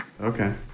Okay